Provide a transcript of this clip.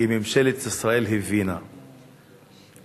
כי ממשלת ישראל הבינה ביושר